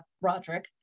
Roderick